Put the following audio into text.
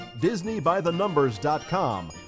DisneyByTheNumbers.com